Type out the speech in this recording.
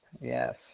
yes